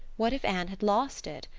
what if anne had lost it?